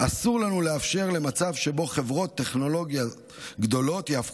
אסור לנו לאפשר מצב שבו חברות טכנולוגיה גדולות יהפכו